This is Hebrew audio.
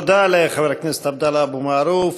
תודה לחבר הכנסת עבדאללה אבו מערוף.